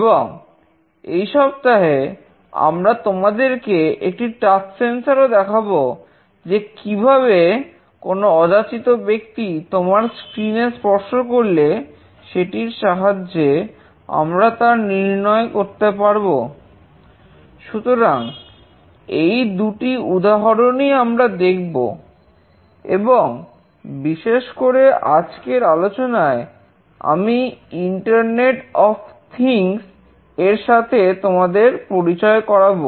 এবং এই সপ্তাহে আমরা তোমাদেরকে একটি টাচ সেন্সর এর সাথে তোমাদের পরিচয় করাব